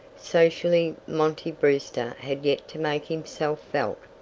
socially monty brewster had yet to make himself felt.